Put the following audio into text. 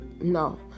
no